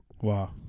Wow